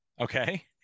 Okay